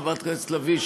חברת הכנסת לביא,